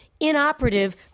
inoperative